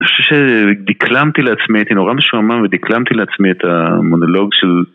אני חושב שדקלמתי לעצמי, הייתי נורא משועמם, ודקלמתי לעצמי את המונולוג של